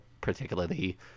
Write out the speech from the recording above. particularly